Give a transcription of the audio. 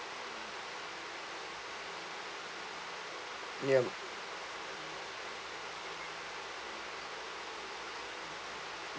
ya